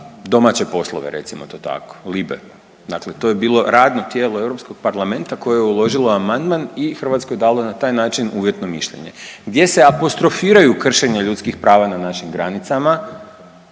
domaće poslove recimo to tako, liberalno, dakle to je bilo radno tijelo Europskog parlamenta koje je uložilo amandman i Hrvatskoj dalo na taj način uvjetno mišljenje gdje se apostrofiraju kršenja ljudskih prava na našim granicama